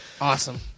Awesome